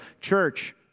church